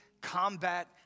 combat